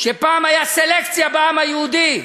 שפעם הייתה סלקציה בעם היהודי.